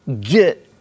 get